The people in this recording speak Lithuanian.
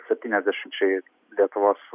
septyniasdešimčiai lietuvos